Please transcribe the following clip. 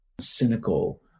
cynical